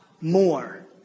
more